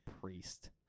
priest